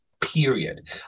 period